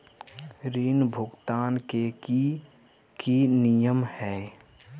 ऋण भुगतान के की की नियम है?